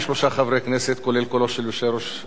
כולל קולו של יושב-ראש ועדת החוקה,